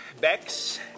Bex